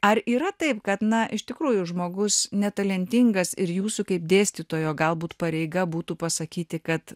ar yra taip kad na iš tikrųjų žmogus netalentingas ir jūsų kaip dėstytojo galbūt pareiga būtų pasakyti kad